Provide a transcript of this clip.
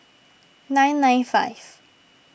nine nine five